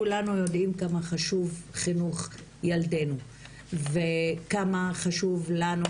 כולנו יודעים כמה חשוב חינוך ילדנו וכמה חשוב לנו,